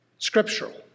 Scriptural